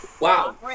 Wow